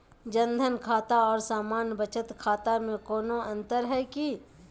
जन धन खाता और सामान्य बचत खाता में कोनो अंतर है की?